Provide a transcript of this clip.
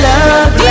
love